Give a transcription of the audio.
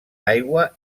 aigua